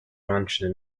mansion